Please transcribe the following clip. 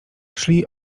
szli